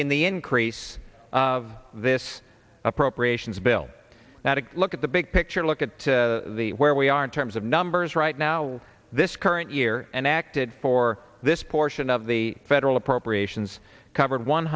in the increase of this appropriations bill now to look at the big picture look at the where we are in terms of numbers right now this current year and acted for this portion of the federal appropriations covered one